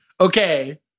okay